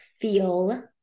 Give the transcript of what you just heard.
Feel